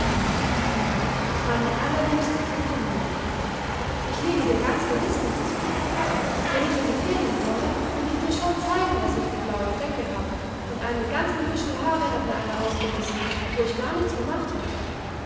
meine allerliebste gute mamma ich liege dir ganz gewiß nichts vor wenn ich in die ferien komme will ich dir schon zeigen was ich für blaue flecke hab und einen ganzen bischel haare hat mir einer ausgerissen wo ich gar nichts gemacht hatte